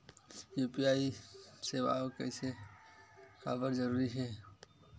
UPI सेवाएं काबर जरूरी हे?